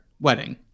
wedding